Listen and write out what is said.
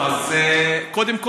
קודם כול,